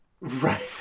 Right